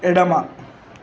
ఎడమ